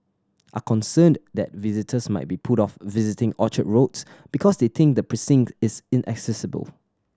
are concerned that visitors might be put off visiting Orchard Roads because they think the precinct is inaccessible